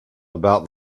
about